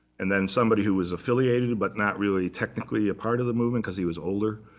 and then somebody who was affiliated, but not really technically a part of the movement because he was older,